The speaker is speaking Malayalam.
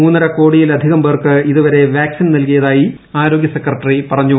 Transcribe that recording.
മൂന്നര ക്കോടിയിലധികം പേർക്ക് ഇതുവരെ വാക്സിൻ നൽകിയതായി ആരോഗ്ച് സെക്രട്ടറി പറഞ്ഞു